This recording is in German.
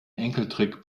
enkeltrick